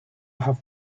have